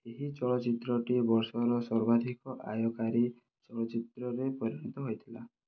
ଏହି ଚଳଚ୍ଚିତ୍ରଟି ବର୍ଷର ସର୍ବାଧିକ ଆୟକାରୀ ଚଳଚ୍ଚିତ୍ରରେ ପରିଣତ ହୋଇଥିଲା